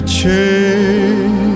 change